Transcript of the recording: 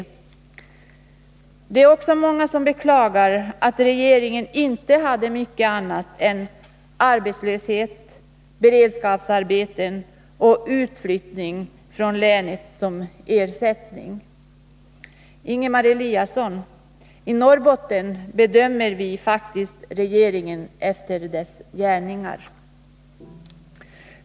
Det är också många som beklagar att regeringen inte hade mycket annat än arbetslöshet, beredskapsarbeten och utflyttning från länet som ersättning. Ingemar Eliasson, i Norrbotten bedömer vi faktiskt regeringen efter dess gärningar!